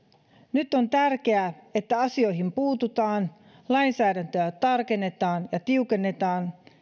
nyt on tärkeää että asioihin puututaan lainsäädäntöä tarkennetaan ja tiukennetaan